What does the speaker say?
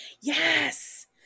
yes